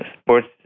sports